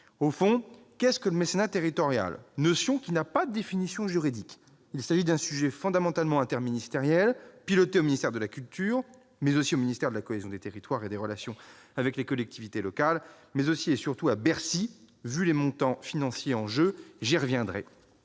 Au fond, qu'est-ce que le mécénat territorial, notion qui n'a pas de définition juridique ? Il s'agit d'un dispositif fondamentalement interministériel, piloté au ministère de la culture, mais aussi au ministère de la cohésion des territoires et des relations avec les collectivités territoriales, et surtout à Bercy, compte tenu des montants en jeu- j'y reviendrai.